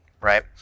right